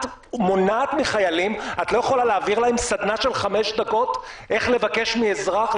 את לא יכולה להעביר לחיילים סדנה של חמש דקות איך לבקש מאזרח,